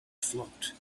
float